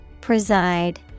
Preside